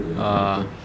uh